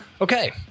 Okay